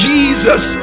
Jesus